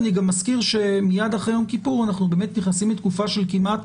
אני גם מזכיר שמייד אחרי יום כיפור אנחנו נכנסים לתקופה של כמעט